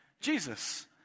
Jesus